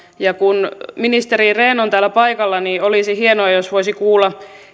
ja kun ministeri rehn on täällä paikalla niin olisi hienoa jos voisi kuulla